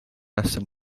esam